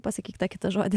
pasakyk tą kitą žodį